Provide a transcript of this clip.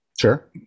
Sure